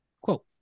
Quote